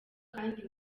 kandi